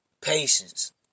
Patience